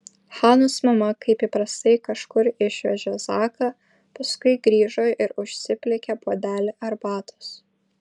hanos mama kaip įprastai kažkur išvežė zaką paskui grįžo ir užsiplikė puodelį arbatos